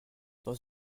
dans